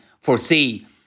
foresee